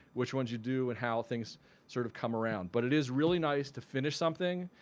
which ones you do and how things sort of come around but it is really nice to finish something.